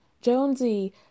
Jonesy